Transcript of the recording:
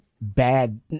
bad